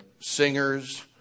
singers